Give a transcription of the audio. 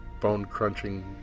bone-crunching